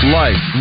life